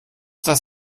das